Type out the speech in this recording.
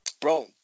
bro